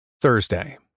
Thursday